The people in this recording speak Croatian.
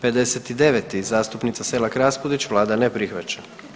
59. zastupnica Selak Raspudić, vlada ne prihvaća.